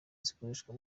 zikoreshwa